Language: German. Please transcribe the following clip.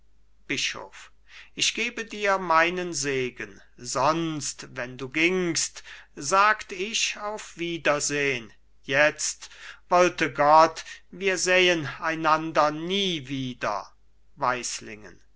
bischof ich gebe dir meinen segen sonst wenn du gingst sagt ich auf wiedersehn jetzt wollte gott wir sähen einander nie wieder